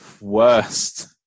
worst